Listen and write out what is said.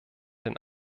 den